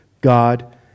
God